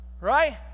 right